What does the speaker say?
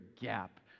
gap